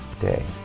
day